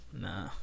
nah